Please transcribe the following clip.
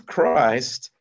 Christ